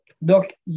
Donc